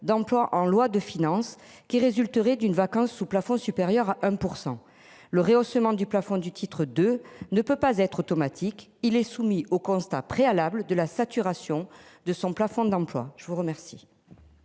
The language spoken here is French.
d'emplois en loi de finances qui résulterait d'une vacance sous plafond supérieur 1%. Le rehaussement du plafond du titre de ne peut pas être automatique. Il est soumis au constat préalables de la saturation de son plafond d'emplois. Je vous remercie.